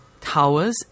towers